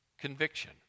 Conviction